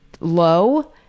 low